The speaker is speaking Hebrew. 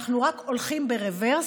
אנחנו רק הולכים ברוורס,